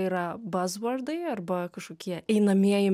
yra bazvordai arba kažkokie einamieji